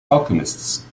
alchemists